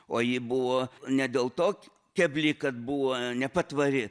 o ji buvo ne dėl to kebli kad buvo nepatvari